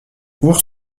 ours